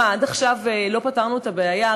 מה, עד עכשיו לא פתרנו את הבעיה?